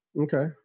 Okay